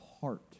heart